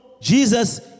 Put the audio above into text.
Jesus